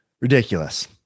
Ridiculous